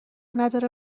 نداره